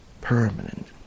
permanent